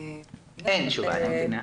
--- אין תשובה, אני מבינה.